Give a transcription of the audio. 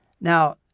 Now